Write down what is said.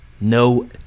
no